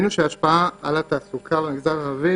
אבל קיבלנו נתונים מהסוכנות לעסקים קטנים ובינוניים